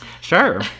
sure